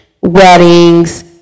weddings